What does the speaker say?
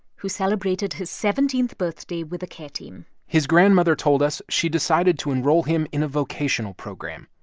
who celebrated his seventeenth birthday with the care team his grandmother told us she decided to enroll him in a vocational program.